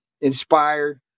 inspired